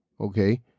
Okay